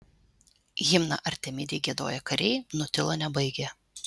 himną artemidei giedoję kariai nutilo nebaigę